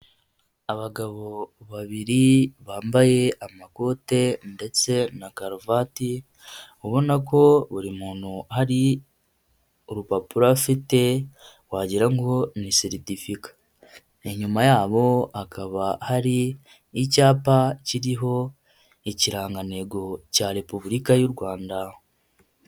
Abagabo babiri bambaye amakote ndetse na karuvati, ubona ko buri muntu hari urupapuro afite wagira ngo ni certificat, inyuma yabo hakaba hari icyapa kiriho ikirangantego cya repubulika y'u Rwanda.